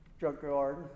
junkyard